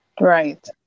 Right